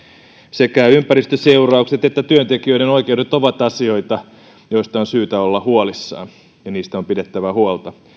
sekä ympäristön seuraukset että työntekijöiden oikeudet ovat asioita joista on syytä olla huolissaan ja niistä on pidettävä huolta